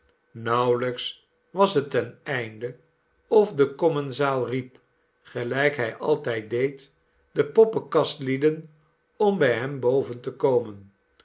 nauwelijks was het ten einde of de commensaal riep gelijk hij altijd deed de poppenkastlieden om bij hem boven te komen